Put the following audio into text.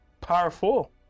Powerful